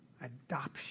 adoption